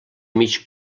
mig